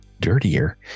dirtier